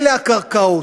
אלה הקרקעות,